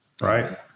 right